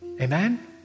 Amen